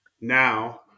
now